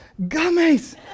gummies